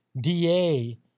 DA